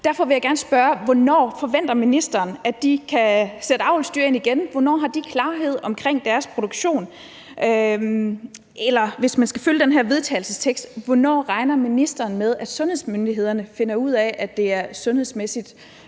Derfor vil jeg gerne spørge: Hvornår forventer ministeren, at de kan sætte avlsdyr ind igen? Hvornår har de klarhed omkring deres produktion? Eller hvis man skal følge det her forslag til vedtagelse: Hvornår regner ministeren med, at sundhedsmyndighederne finder ud af, at det er sundhedsmæssigt